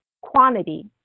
quantity